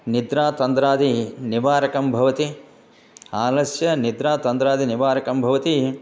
निद्रा तन्त्रादिनिवारकं भवति आलस्य निद्रा तन्त्रादिनिवारकं भवति